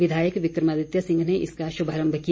विधायक विक्रमादित्य सिंह ने इसका शुभारम्भ किया